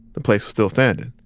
the place was still standing.